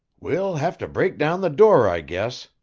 we'll have to break down the door, i guess,